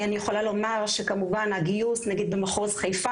אני יכולה לומר לגבי הגיוס שלמשל במחוז חיפה